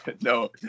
no